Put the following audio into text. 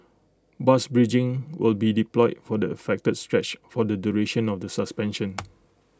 bus bridging will be deployed for the affected stretch for the duration of the suspension